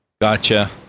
Gotcha